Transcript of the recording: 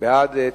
אחד.